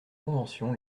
convention